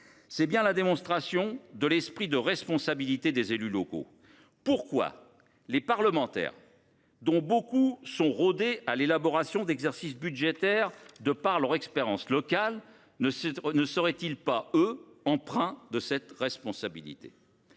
C’est bien la démonstration de l’esprit de responsabilité des élus locaux. Pourquoi les parlementaires, dont beaucoup sont rodés à l’élaboration d’exercices budgétaires grâce à leurs expériences locales, ne seraient ils pas, eux, empreints de cette responsabilité ?